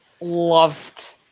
loved